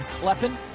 Kleppen